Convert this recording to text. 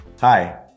Hi